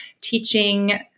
teaching